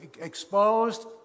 exposed